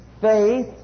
Faith